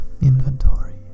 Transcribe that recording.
inventory